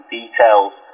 details